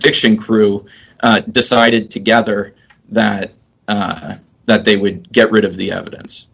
diction crew decided together that that they would get rid of the evidence